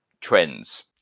trends